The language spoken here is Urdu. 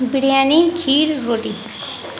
بریانی کھیر روٹی